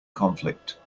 conflict